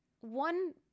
one